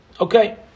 Okay